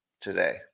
today